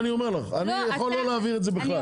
אני אומר לך אני יוכל לא להעביר את זה בכלל,